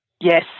Yes